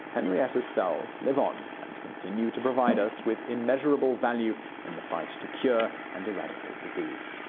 henrietta's cells live on and continue to provide us with immeasurable value in the fight to cure and eradicate disease.